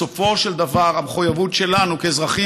בסופו של דבר המחויבות שלנו כאזרחים